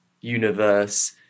universe